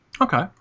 Okay